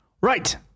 Right